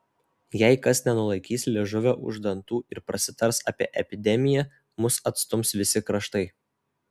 jei kas nenulaikys liežuvio už dantų ir prasitars apie epidemiją mus atstums visi kraštai